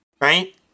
right